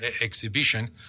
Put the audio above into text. exhibition